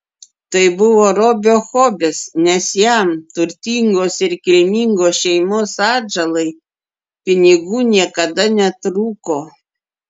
tai buvo robio hobis nes jam turtingos ir kilmingos šeimos atžalai pinigų niekada netrūko